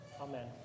Amen